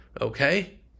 okay